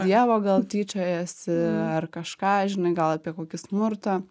dievo gal tyčiojasi ar kažką žinai gal apie kokį smurtą